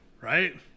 Right